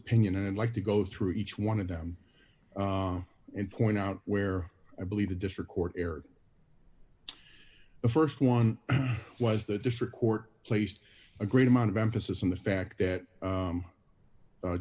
opinion and like to go through each one of them and point out where i believe the district court erred the st one was the district court placed a great amount of emphasis on the fact that